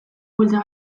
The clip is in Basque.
buelta